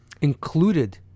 included